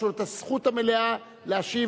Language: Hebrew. יש הזכות המלאה להשיב,